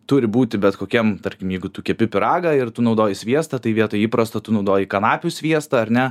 turi būti bet kokiam tarkim jeigu tu kepi pyragą ir tu naudoji sviestą tai vietoj įprasto tu naudoji kanapių sviestą ar ne